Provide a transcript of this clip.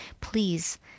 please